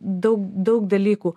daug daug dalykų